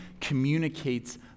communicates